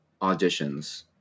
auditions